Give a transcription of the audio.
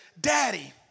Daddy